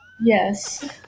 Yes